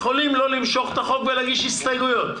יכולים לא למשוך את החוק ולהגיש הסתייגויות,